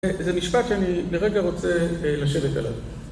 זה משפט שאני ברגע רוצה לשבת עליו